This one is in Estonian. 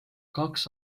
kaks